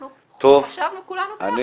אנחנו חשבנו כולנו ככה --- טוב,